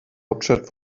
hauptstadt